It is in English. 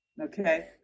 Okay